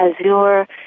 azure